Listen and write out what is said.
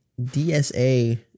DSA